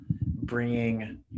bringing